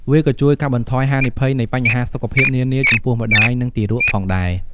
វាក៏ជួយកាត់បន្ថយហានិភ័យនៃបញ្ហាសុខភាពនានាចំពោះម្តាយ និងទារកផងដែរ។